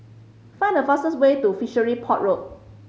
find the fastest way to Fishery Port Road